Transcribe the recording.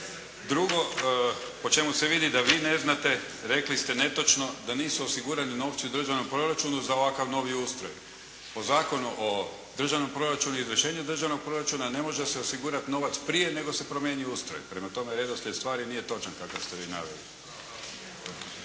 Drugo po čemu se vidi da vi ne znate rekli ste netočno da nisu osigurani novci u državnom proračunu za ovakav novi ustroj. Po Zakonu o državnom proračunu i izvršenju državnog proračuna ne može se osigurati novac prije nego se promijeni ustroj. Prema tome, redoslijed stvari nije točan kakav ste vi naveli.